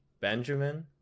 benjamin